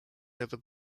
never